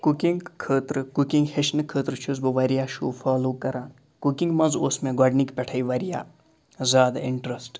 cooking خٲطرٕ cooking ہیٚچھنہٕ خٲطرٕ چھُس بہٕ واریاہ شوٚو فالو کَران کُکِنٛگ منٛز اوٗس مےٚ گۄڈنِکۍ پٮ۪ٹھَے واریاہ زیادٕ اِنٹرٛسٹہٕ